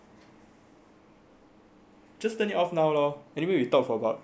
just turn it off now loh anyway we have talked for about twenty minutes already like